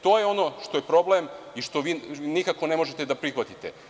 To je ono što je problem i što vi nikako ne možete da prihvatite.